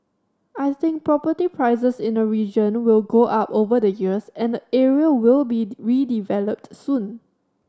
I think property prices in the region will go up over the years and the area will be redeveloped soon